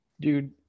dude